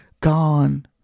gone